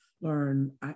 learn